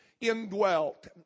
indwelt